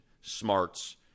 smarts